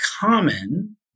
common